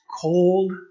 cold